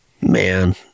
Man